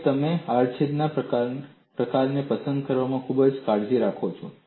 અને તમે આડછેદના પ્રકારને પસંદ કરવામાં ખૂબ કાળજી રાખો છો